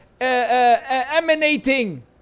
emanating